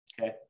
Okay